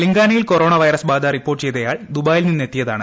തെലങ്കാനയിൽ corona virus ബാധ report ചെയ്തയാൾ ദുബായിയിൽ നിന്നെത്തിയതാണ്